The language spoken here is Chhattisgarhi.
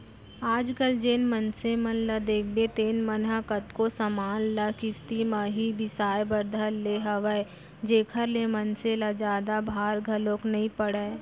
आज कल जेन मनसे मन ल देखबे तेन मन ह कतको समान मन ल किस्ती म ही बिसाय बर धर ले हवय जेखर ले मनसे ल जादा भार घलोक नइ पड़य